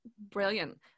brilliant